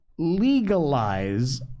Legalize